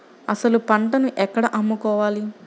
అసలు పంటను ఎక్కడ అమ్ముకోవాలి?